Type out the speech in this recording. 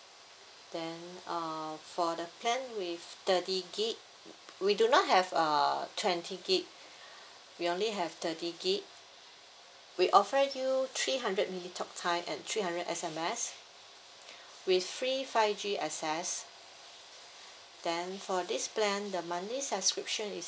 then uh for the plan with thirty gig we do not have uh twenty gig we only have thirty gig we offer you three hundred minute talk time and three hundred S_M_S with free five G access then for this plan the monthly subscription is